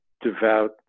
devout